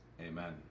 Amen